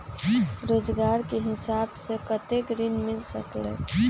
रोजगार के हिसाब से कतेक ऋण मिल सकेलि?